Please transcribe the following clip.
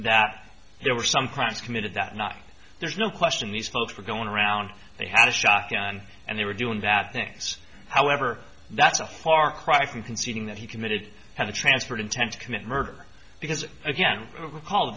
that there were some crimes committed that night there's no question these folks were going around they had a shotgun and they were doing bad things however that's a far cry from conceding that he committed had the transferred intent to commit murder because again recall